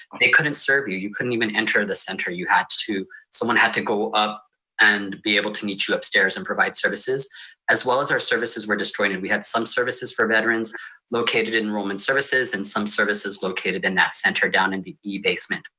they couldn't serve you, you couldn't even enter the center. you had to, someone had to go up and be able to meet you upstairs and provide services as well as our services were destroyed and we had some services for veterans located in enrollment services and some services located in that center down in the e basement.